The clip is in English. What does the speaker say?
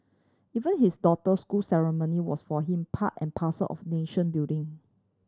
even his daughter's school ceremony was for him part and parcel of nation building